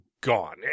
gone